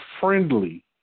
friendly